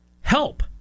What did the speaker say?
help